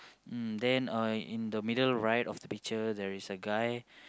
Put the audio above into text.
mm then uh in the middle right of the picture there is a guy